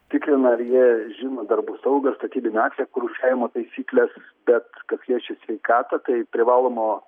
tikrina ar jie žino darbų saugą statybinių atliekų rūšiavimo taisykles bet kas liečia sveikatą tai privalomo